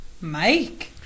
Mike